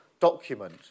document